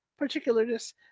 particularness